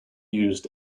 used